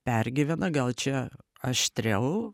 pergyvena gal čia aštriau